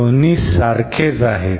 हे दोन्ही सारखेच आहेत